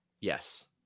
Yes